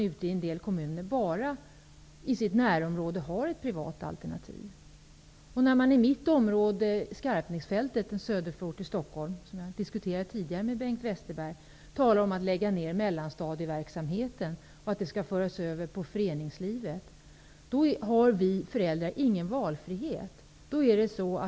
Ute i en del kommuner har man i sitt närområde nämligen bara ett privat alternativ. När man i mitt området, Skarpnäcksfältet -- en söderförort till Stockholm, som jag har diskuterat om tidigare med Bengt Westerberg -- talar om att lägga ned mellanstadieverksamheten och att den skall föras över på föreningslivet, har vi föräldrar ingen valfrihet.